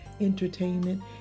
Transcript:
entertainment